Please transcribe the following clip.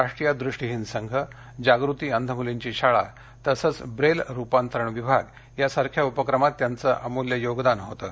राष्ट्रीय दृष्टिहीन संघ जागृती अंध मुलींची शाळा तसंच ब्रेल रूपांतरण विभाग यासारख्या उपक्रमात त्याचं अमुल्य योगदान होतं